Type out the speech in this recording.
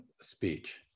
speech